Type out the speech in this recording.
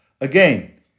Again